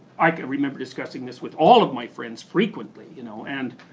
i remember discussing this with all of my friends frequently, you know and